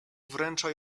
wręcza